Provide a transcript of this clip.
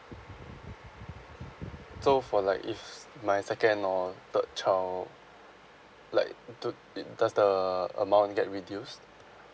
so for like if my second or third child like uh do it does the amount get reduced